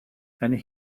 and